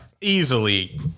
easily